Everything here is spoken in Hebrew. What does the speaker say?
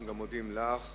גם אנחנו מודים לך.